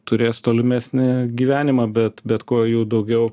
turės tolimesnį gyvenimą bet bet kuo jų daugiau